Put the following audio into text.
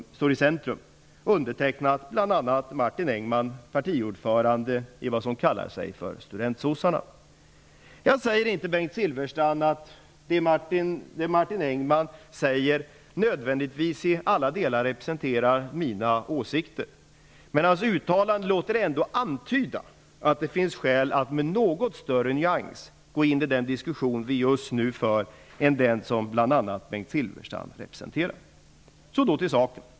Den är bl.a. undertecknad av Martin Engman, partiordförande i det som kallas Studentsossarna. Det Martin Engman säger representerar inte nödvändigtvis i alla delar mina åsikter, Bengt Silfverstrand. Men hans uttalande låter ändå antyda att det finns skäl att med något större nyans än den som Bengt Silfverstrand representerar gå in i den diskussion vi just nu för.